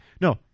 No